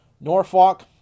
Norfolk